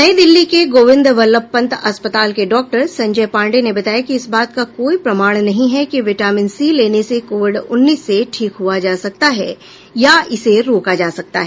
नई दिल्ली के गोविन्द वल्लभ पंत अस्पताल के डाक्टर संजय पांडे ने बताया कि इस बात का कोई प्रमाण नहीं है कि विटामिन सी लेने से कोविड उन्नीस से ठीक हुआ जा सकता है या इसे रोका जा सकता है